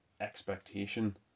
expectation